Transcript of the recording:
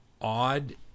odd